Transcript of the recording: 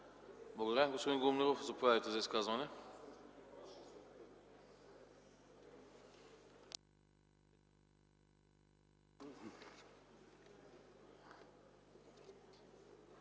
Благодаря. Господин Гумнеров, заповядайте за изказване.